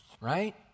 right